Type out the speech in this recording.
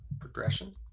progression